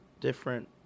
different